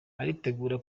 aritegura